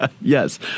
Yes